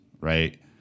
right